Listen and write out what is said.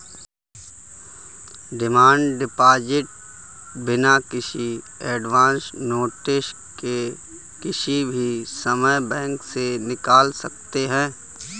demand deposit बिना किसी advance notice के किसी भी समय बैंक से निकाल सकते है